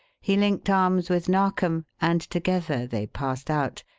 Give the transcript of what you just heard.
he linked arms with narkom, and together they passed out,